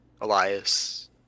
elias